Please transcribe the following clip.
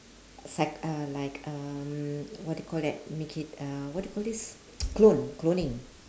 uh like um what do you call that make it uh what do you call this clone cloning